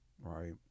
right